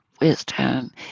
Wisdom